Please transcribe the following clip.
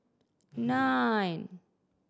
nine